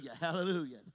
hallelujah